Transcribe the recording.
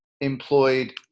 employed